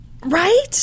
Right